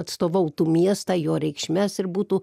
atstovautų miestą jo reikšmes ir būtų